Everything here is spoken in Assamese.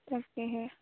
তাকেহে